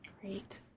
Great